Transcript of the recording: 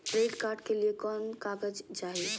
Credit card के लिए कौन कागज चाही?